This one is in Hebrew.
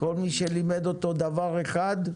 כל מי שלימד אותו דבר אחד,